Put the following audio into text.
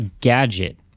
gadget